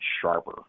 sharper